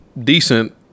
decent